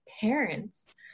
parents